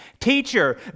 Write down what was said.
Teacher